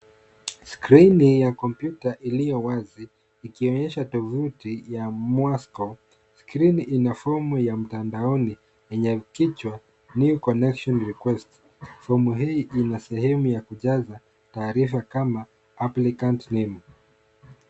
Skrini ya kompyuta iliyo wazi ikionyesha tuvuti ya mwasko, skrini ina fomu ya mtandaoni yenye kichwa New Connection Request , fomu hii ina sehemu ya kujaza taarifa kama applicant name .